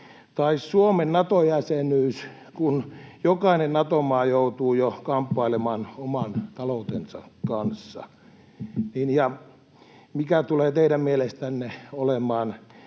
tai Suomen Nato-jäsenyys, kun jokainen Nato-maa joutuu jo kamppailemaan oman taloutensa kanssa? Ja mikä tulee teidän mielestänne olemaan